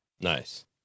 nice